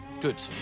Good